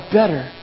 better